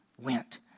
went